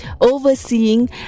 overseeing